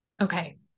Okay